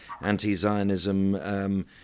anti-Zionism